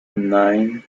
nine